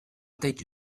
teď